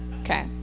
okay